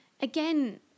Again